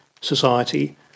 society